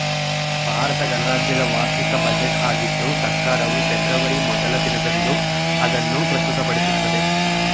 ಭಾರತ ಗಣರಾಜ್ಯದ ವಾರ್ಷಿಕ ಬಜೆಟ್ ಆಗಿದ್ದು ಸರ್ಕಾರವು ಫೆಬ್ರವರಿ ಮೊದ್ಲ ದಿನದಂದು ಅದನ್ನು ಪ್ರಸ್ತುತಪಡಿಸುತ್ತೆ